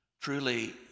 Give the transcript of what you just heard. Truly